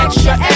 Extra